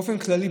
באופן כללי,